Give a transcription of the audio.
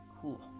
cool